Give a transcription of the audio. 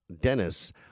Dennis